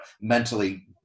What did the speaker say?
mentally